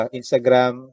Instagram